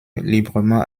librement